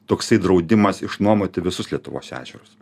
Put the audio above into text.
toksai draudimas išnuomoti visus lietuvos ežerus